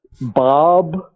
Bob